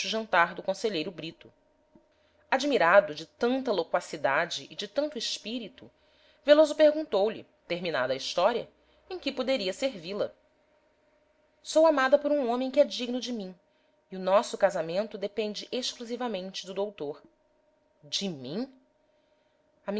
jantar do conselheiro brito admirado de tanta loquacidade e de tanto espírito veloso perguntou-lhe terminada a história em que poderia servi-la sou amada por um homem que é digno de mim e o nosso casamento depende exclusivamente do doutor de mim